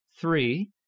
three